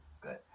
Good